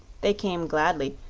they came gladly,